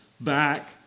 back